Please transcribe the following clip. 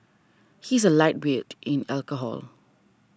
he is a lightweight in alcohol